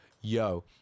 yo